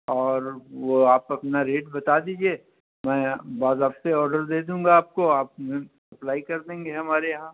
اور وہ آپ اپنا ریٹ بتا دیجیے میں باضابطے آڈر دے دوں گا آپ کو آپ انہیں اپلائی کر دیں گے ہمارے یہاں